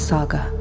Saga